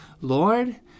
Lord